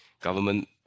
government